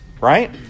right